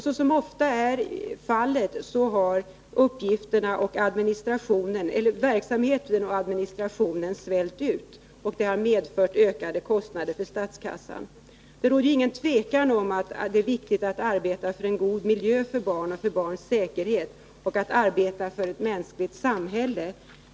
Såsom ofta är fallet har verksamheten och administrationen svällt ut, och det har medfört ökade kostnader för statskassan. Det råder ingen tvekan om att det är viktigt att arbeta för en god miljö för barnen och för barns säkerhet samt att arbeta för ett mänskligt samhälle.